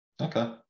Okay